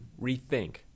rethink